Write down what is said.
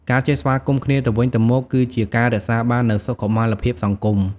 ការចេះស្វាគមន៍គ្នាទៅវិញទៅមកគឺជាការរក្សាបាននូវសុខុមាលភាពសង្គម។